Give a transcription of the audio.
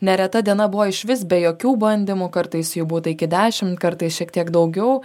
nereta diena buvo išvis be jokių bandymų kartais jų būta iki dešim kartais šiek tiek daugiau